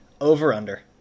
over-under